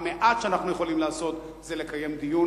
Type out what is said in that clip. המעט שאנחנו יכולים לעשות זה לקיים דיון